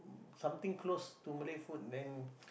something close to Malay food then